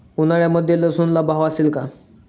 उन्हाळ्यामध्ये लसूणला भाव असेल का?